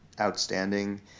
outstanding